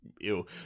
ew